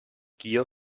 gier